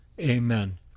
amen